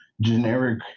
generic